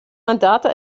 mandate